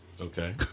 Okay